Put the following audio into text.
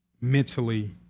mentally